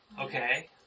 okay